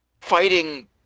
fighting